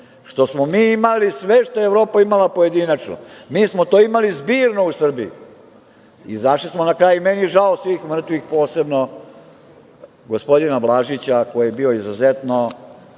što smo mi imali sve što je Evropa imala pojedinačno, mi smo to imali zbirno u Srbiji. Izašli smo na kraj. Meni je žao svih mrtvih, posebno gospodina Blažića, koji je bio izuzetno